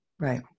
right